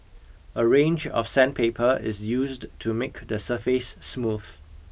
a range of sandpaper is used to make the surface smooth